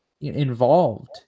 involved